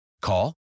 Call